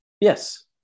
Yes